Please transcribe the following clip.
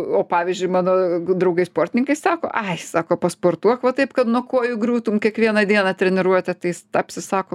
o pavyzdžiui mano draugai sportininkai sako ai sako pasportuok va taip kad nuo kojų griūtum kiekvieną dieną treniruotę tai tapsi sako